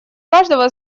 каждого